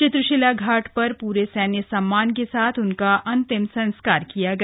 चित्रशिला घाट पर पूरे सैन्य सम्मान के साथ उनका अन्तिम संस्कार किया गया